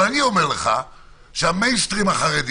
אבל אני אומר לך שהמיינסטרים החרדי